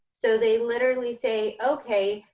so they literally say okay,